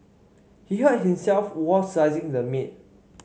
he hurt himself while slicing the meat